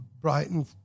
Brighton